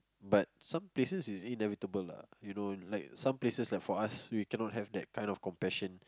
but some places is inevitable lah you know like some places like for us we cannot have that kind of compassion